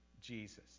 Jesus